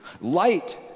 Light